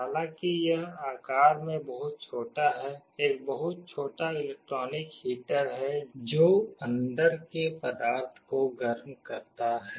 हालांकि यह आकार में बहुत छोटा है एक बहुत छोटा इलेक्ट्रिक हीटर है जो अंदर के पदार्थ को गर्म करता है